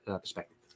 perspective